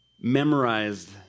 memorized